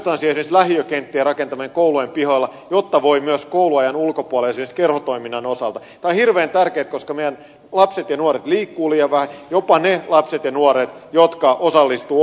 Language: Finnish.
myös esimerkiksi lähiökenttien rakentaminen koulujen pihoille jotta voi harrastaa liikuntaa myös kouluajan ulkopuolella esimerkiksi kerhotoiminnan osalta on hirveän tärkeätä koska meidän lapset ja nuoret liikkuvat liian vähän jopa ne lapset ja nuoret jotka osallistuvat ohjattuun seuratoimintaan